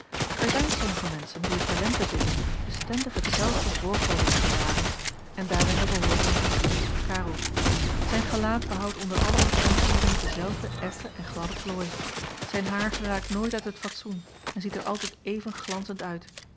er zijn sommige menschen die het talent bezitten bestendig hetzelfde voorkomen te bewaren en daaronder behoort onze vriend karel zijn gelaat behoudt onder alle omstandigheden denzelfden effen en gladden plooi zijn haar geraakt nooit uit het fatsoen en ziet er altijd even glanzend uit